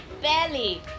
belly